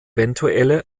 evtl